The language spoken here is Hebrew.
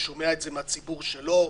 שומע את זה מהציבור שלו,